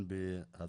בוקר טוב לכולם.